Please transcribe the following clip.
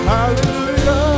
Hallelujah